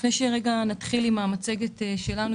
לפני שנתחיל עם המצגת שלנו,